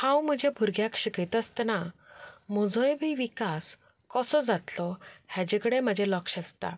हांव म्हज्या भुरग्यांक शिकयता आसतना म्हजोय बी विकास कसो जातलो हाजे कडेन म्हजें लक्ष आसता